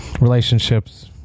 relationships